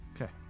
Okay